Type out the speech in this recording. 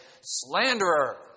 slanderer